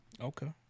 Okay